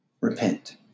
Repent